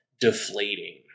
deflating